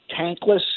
tankless